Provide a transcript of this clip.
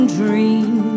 dream